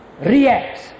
reacts